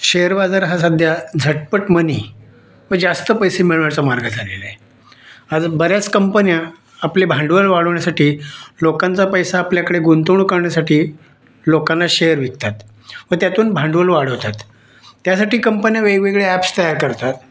share बाजार हा सध्या झटपट मनी व जास्त पैसे मिळवायचा मार्ग झालेला आहे अजून बऱ्याच कंपन्या आपले भांडवल वाढवण्यासाठी लोकांचा पैसा आपल्याकडे गुंतवणूक करण्यासाठी लोकांना शेअर विकतात व त्यातून भांडवल वाढवतात त्यासाठी कंपन्या वेगवेगळ्या अॅप्स तयार करतात